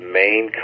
main